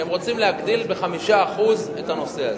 שהם רוצים להגדיל ב-5% את הנושא הזה.